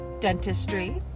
dentistry